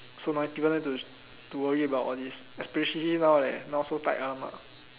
so now people no need to worry about all this especially now that now so tight one ah